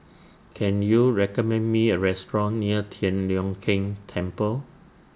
Can YOU recommend Me A Restaurant near Tian Leong Keng Temple